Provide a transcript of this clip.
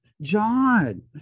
John